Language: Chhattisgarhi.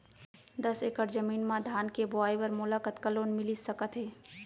दस एकड़ जमीन मा धान के बुआई बर मोला कतका लोन मिलिस सकत हे?